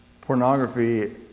Pornography